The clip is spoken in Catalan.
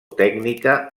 tècnica